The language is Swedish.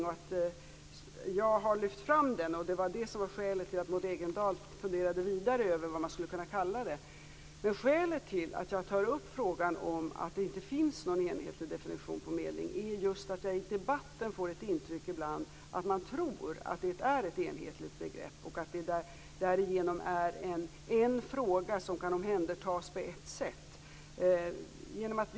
Hon sade att jag hade hållit fram den frågan och att det var skälet till att Maud Ekendahl funderade vidare över vad man skulle kunna kalla det här. Men skälet till att jag tar upp frågan om att det inte finns någon enhetlig definition på medling är just att jag ibland i debatten får intrycket att man tror att det gäller ett enhetligt begrepp och att det därmed är en fråga som kan omhändertas på ett enda sätt.